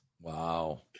Wow